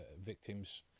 victims